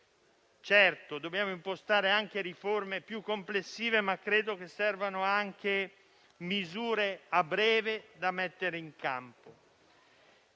Certo, dobbiamo impostare riforme più complessive, ma credo che servano anche misure da mettere in campo